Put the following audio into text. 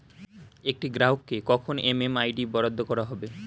একটি গ্রাহককে কখন এম.এম.আই.ডি বরাদ্দ করা হবে?